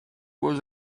was